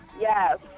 Yes